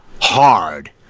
hard